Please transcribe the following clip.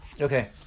Okay